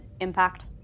impact